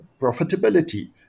profitability